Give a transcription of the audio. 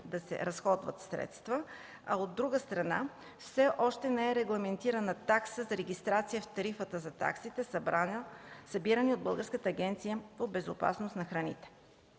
да се разходват средства, а от друга страна, все още не е регламентирана такса за регистрация в Тарифата за таксите, събирани от Българската агенция по безопасност на храните.